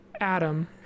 Adam